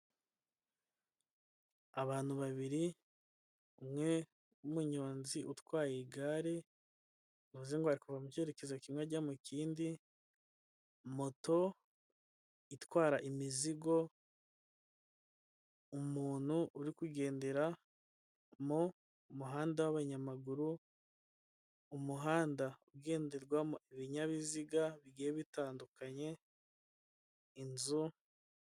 Abantu babiri umwe ni umuyonzi utwaye igare, bivuze ngo arikuva mu cyerekezo kimwe ajya mu kindi moto itwara imizigo umuntu uri kugendera mu muhanda w'abanyamaguru umuhanda ugenderwa mu ibinyabiziga bigiye bitandukanye inzu.